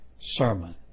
sermon